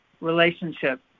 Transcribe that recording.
relationship